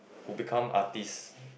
who become artists